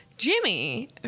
Jimmy